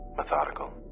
methodical.